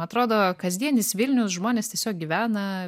atrodo kasdienis vilnius žmonės tiesiog gyvena